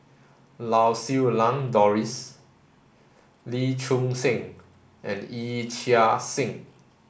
Lau Siew Lang Doris Lee Choon Seng and Yee Chia Hsing